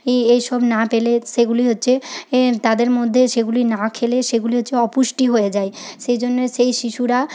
এই এইসব না পেলে সেগুলি হচ্ছে তাদের মধ্যে সেগুলি না খেলে সেগুলি হচ্ছে অপুষ্টি হয়ে যায় সেইজন্যে সেই শিশুরা